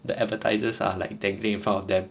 the advertisers are like dangling in front of them